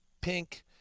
pink